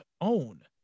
own